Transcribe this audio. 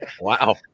Wow